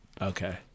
Okay